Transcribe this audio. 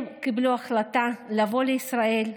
הם קיבלו החלטה לבוא לישראל,